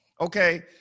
Okay